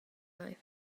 life